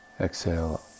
exhale